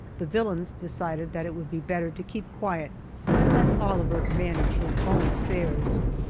the villains decided that it would be better to keep quiet and let oliver manage his own affairs.